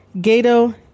Gato